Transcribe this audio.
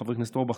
חבר הכנסת אורבך,